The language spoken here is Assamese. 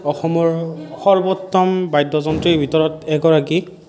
অসমৰ সৰ্বোত্তম বাদ্যযন্ত্ৰীৰ ভিতৰত এগৰাকী